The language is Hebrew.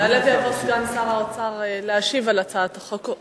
יעלה ויבוא סגן שר האוצר להשיב על הצעת החוק.